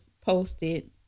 posted